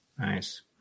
Nice